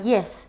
Yes